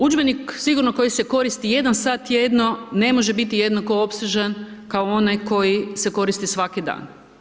Udžbenik sigurno koji se koristi 1 sat tjedno ne može biti jednako opsežan kao onaj koji se koristi svaki dan.